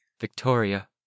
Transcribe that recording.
Victoria